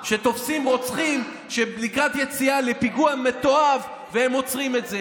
שתופסים רוצחים לקראת יציאה לפיגוע מתועב והם עוצרים את זה.